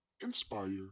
inspire